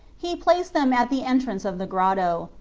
he placed them at the entrance of the grotto,